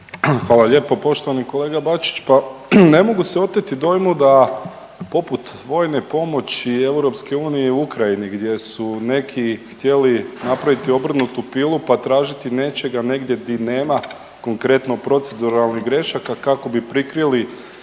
Hvala lijepa. Poštovani kolega Bačić pa ne mogu se oteti dojmu da poput vojne pomoći EU Ukrajini gdje su neki htjeli napraviti obrnutu pilu pa tražiti nečega negdje di nema konkretno proceduralnih grešaka kako bi prikrili